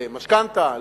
במשכנתה,